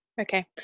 Okay